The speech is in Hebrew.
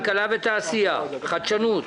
כלכלה ותעשייה, חדשנות.